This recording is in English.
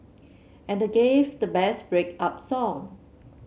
and they gave the best break up song